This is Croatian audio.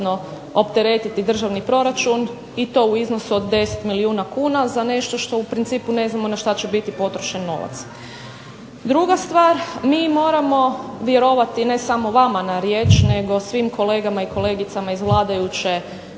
dodatno opteretiti državni proračun i to u iznosu od 10 milijuna kuna za nešto što u principu ne znamo na što će biti potrošen novac. Druga stvar, mi moramo vjerovati ne samo vama na riječ nego svim kolegama i kolegicama iz vladajućih